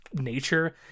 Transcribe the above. nature